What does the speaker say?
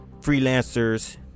freelancers